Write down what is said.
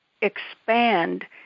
expand